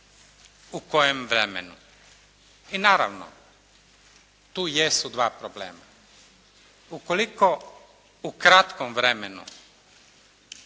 U kojem vremenu? I naravno, tu jesu dva problema. Ukoliko u kratkom vremenu